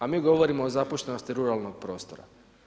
A mi govorimo o zapuštenosti ruralnog prostora.